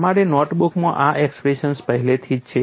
તમારી નોટ બુકમાં આ એક્સપ્રેશન્સ પહેલેથી જ છે